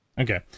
Okay